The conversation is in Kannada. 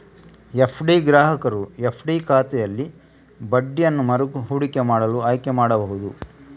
ಎಫ್.ಡಿ ಗ್ರಾಹಕರು ಎಫ್.ಡಿ ಖಾತೆಯಲ್ಲಿ ಬಡ್ಡಿಯನ್ನು ಮರು ಹೂಡಿಕೆ ಮಾಡಲು ಆಯ್ಕೆ ಮಾಡಬಹುದು